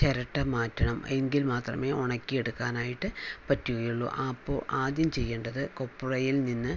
ചിരട്ട മാറ്റണം എങ്കിൽ മാത്രമേ ഉണക്കി എടുക്കാനായിട്ട് പറ്റുകയുള്ളൂ അപ്പോൾ ആദ്യം ചെയ്യേണ്ടത് കൊപ്രയിൽ നിന്ന്